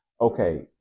Okay